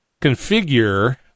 configure